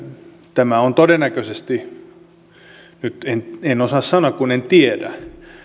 tämä on todennäköisesti niin nyt en en osaa sanoa kun en tiedä